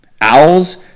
owls